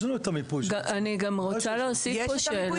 אני גם רוצה להוסיף פה שאלה.